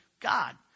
God